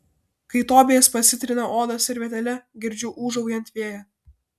kai tobijas pasitrina odą servetėle girdžiu ūžaujant vėją